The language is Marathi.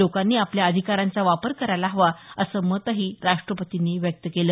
लोकांनी आपल्या आधिकारांचा वापर करायला हवा असं मतही राष्ट्रपतींनी व्यक्त केलं